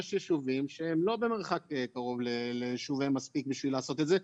יש ישובים שהם לא במרחק קרוב מספיק בשביל לעשות את זה,